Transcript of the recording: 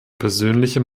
persönliche